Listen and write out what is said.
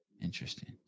Interesting